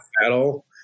battle